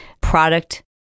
product